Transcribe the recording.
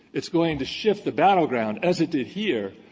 it's going to shift the battleground, as it did here,